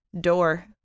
door